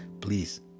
please